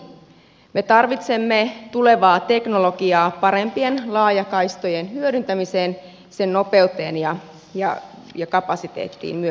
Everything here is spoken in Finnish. me tarvitsemme tulevaa teknologiaa parempien laajakaistojen hyödyntämiseen sen nopeuteen ja kapasiteettiin myöskin